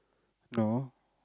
no